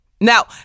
Now